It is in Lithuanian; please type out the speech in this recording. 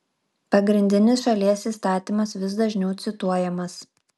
pagrindinis šalies įstatymas vis dažniau cituojamas